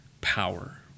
power